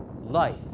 life